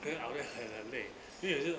then outlet 很很累因为就